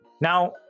Now